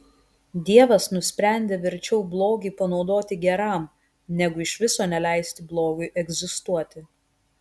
dievas nusprendė verčiau blogį panaudoti geram negu iš viso neleisti blogiui egzistuoti